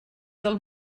del